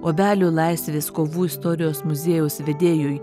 obelių laisvės kovų istorijos muziejaus vedėjui